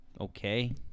okay